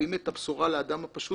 מביאים את הבשורה לאדם הפשוט,